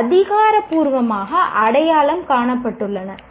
அதிகாரப்பூர்வமாக அடையாளம் காணப்பட்டுள்ளன